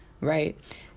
right